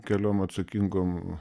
keliom atsakingom